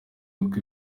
uko